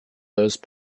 those